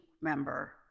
member